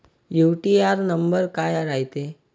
UTR number काय रायते?